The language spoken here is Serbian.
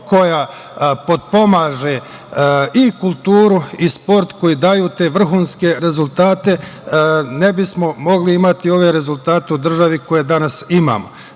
koja potpomaže i kulturu i sport koji daju te vrhunske rezultate, ne bismo mogli imati ove rezultate u državi koje danas